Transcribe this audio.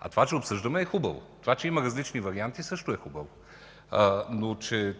а това, че обсъждаме, е хубаво. Това, че има различни варианти, също е хубаво. Но че